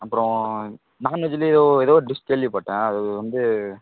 அப்பறம் நாண்வெஜ்லே ஏதோ எதோ டிஷ் கேள்விப்பட்டேன் அது வந்து